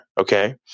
okay